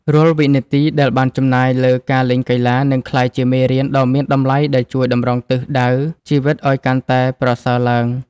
រាល់វិនាទីដែលបានចំណាយលើការលេងកីឡានឹងក្លាយជាមេរៀនដ៏មានតម្លៃដែលជួយតម្រង់ទិសដៅជីវិតឱ្យកាន់តែប្រសើរឡើង។